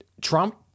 Trump